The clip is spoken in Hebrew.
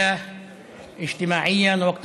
ממשלת אסון מהבחינה החברתית, הכלכלית,